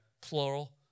plural